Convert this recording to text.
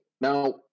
Now